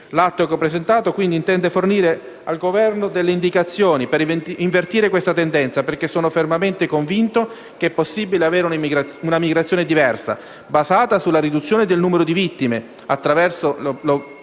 L'atto che ho presentato intende fornire al Governo delle indicazioni per invertire questa tendenza, perché sono fermamente convinto che è possibile avere una migrazione diversa, basata sulla riduzione del numero di vittime, attraverso il